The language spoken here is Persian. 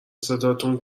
صداتون